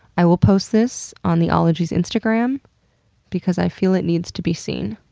i will post this on the ologies instagram because i feel it needs to be seen.